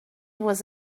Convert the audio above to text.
was